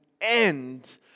end